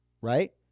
Right